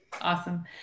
Awesome